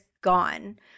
gone